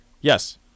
Yes